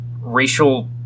racial